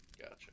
Gotcha